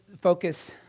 focus